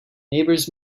neighbors